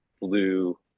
blue